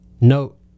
note